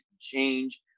change